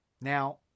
Now